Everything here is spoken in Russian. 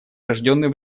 рожденный